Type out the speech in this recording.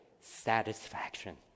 satisfaction